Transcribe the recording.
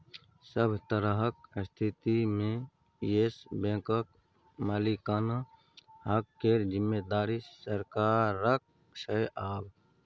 सभ तरहक स्थितिमे येस बैंकक मालिकाना हक केर जिम्मेदारी सरकारक छै आब